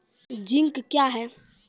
Zinc क्या हैं?